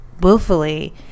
willfully